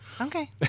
okay